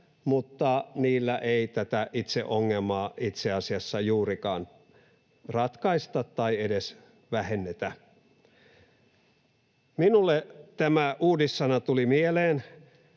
mutta niillä tätä itse ongelmaa ei itse asiassa juurikaan ratkaista tai edes vähennetä. Minulle tämä uudissana tuli mieleen,